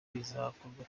bizakorwa